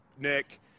Nick